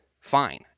fine